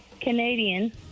Canadian